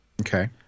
okay